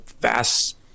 vast